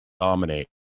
dominate